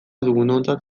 dugunontzat